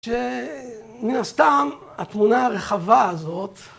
‫שמן הסתם התמונה הרחבה הזאת...